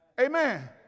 Amen